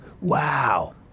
Wow